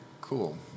cool